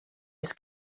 his